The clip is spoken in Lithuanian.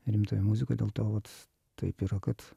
rimtąją muziką dėl to vat taip yra kad